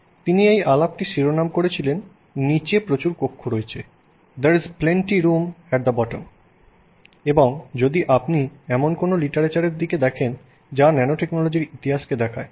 তিনি এই আলাপটির শিরোনাম করেছিলেন নীচে প্রচুর কক্ষ রয়েছে "There's Plenty of Room at the Bottom" এবং যদি আপনি এমন কোনও লিটারেচার দেখেন যা ন্যানোটেকনোলজির ইতিহাসকে দেখায়